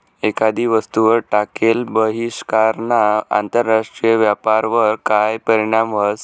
एखादी वस्तूवर टाकेल बहिष्कारना आंतरराष्ट्रीय व्यापारवर काय परीणाम व्हस?